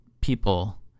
people